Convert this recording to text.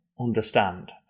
understand